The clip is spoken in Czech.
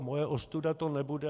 Moje ostuda to nebude.